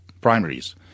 primaries